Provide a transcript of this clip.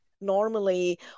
Normally